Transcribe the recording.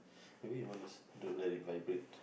maybe you want to to let it vibrate